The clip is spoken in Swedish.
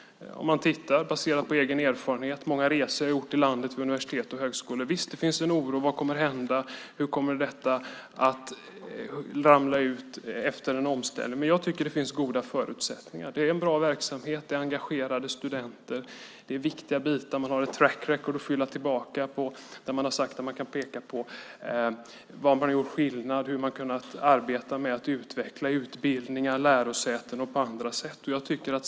Jag kan se på min egen erfarenhet från många resor i landet till universitet och högskolor. Visst finns det en oro för vad som kommer att hända och hur detta ska falla ut efter en omställning. Men jag tycker att det finns goda förutsättningar. Det är en bra verksamhet, det är engagerade studenter och det är viktiga bitar. Det finns ett track record att falla tillbaka på där det framgår vad som har gjort skillnad, vad som har utvecklats, utbildningar, lärosäten och så vidare.